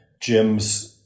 gyms